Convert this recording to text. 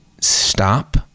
stop